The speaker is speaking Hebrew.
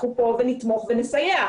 אנחנו כאן נתמוך ונסייע,